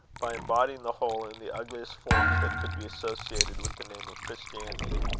by embodying the whole in the ugliest forms that could be associated with the name of christianity.